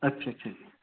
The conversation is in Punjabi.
ਅੱਛਾ ਅੱਛਾ ਜੀ